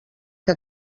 que